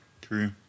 true